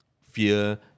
fear